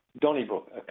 Donnybrook